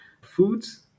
Foods